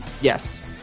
Yes